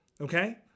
okay